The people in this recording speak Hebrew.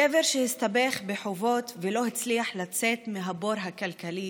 גבר שהסתבך בחובות ולא הצליח לצאת מהבור הכלכלי